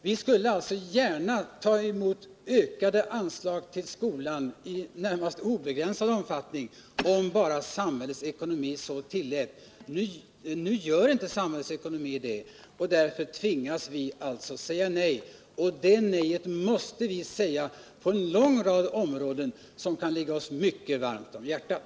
Vi skulle alltså vilja öka anslagen till skolan i nästan obegränsad utsträckning, om bara samhällets ekonomi så tillät. Nu gör inte samhällets ekonomi det, och därför tvingas vi säga nej. Detta nej måste vi säga när det gäller önskemål på en lång rad områden, önskemål som kan ligga oss mycket varmt om hjärtat.